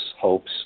hopes